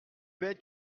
bête